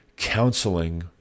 Counseling